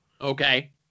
Okay